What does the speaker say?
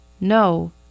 No